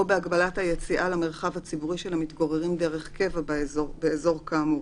או בהגבלת היציאה למרחב הציבורי של המתגוררים דרך קבע באזור כאמור